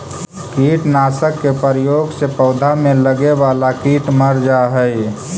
कीटनाशक के प्रयोग से पौधा में लगे वाला कीट मर जा हई